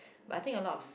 but I think a lot of